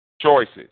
Choices